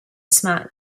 smart